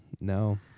No